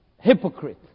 hypocrite